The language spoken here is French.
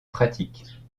pratique